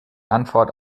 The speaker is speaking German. antwort